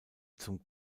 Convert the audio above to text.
zum